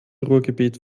ruhrgebiet